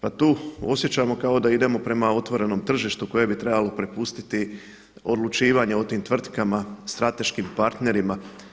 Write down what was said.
Pa tu osjećamo kao da idemo prema otvorenom tržištu koje bi trebalo prepustiti odlučivanje o tim tvrtkama, strateškim partnerima.